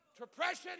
Depression